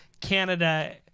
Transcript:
Canada